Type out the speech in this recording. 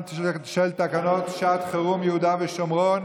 של תקנות שעת חירום (יהודה והשומרון,